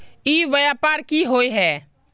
ई व्यापार की होय है?